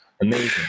Amazing